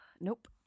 Nope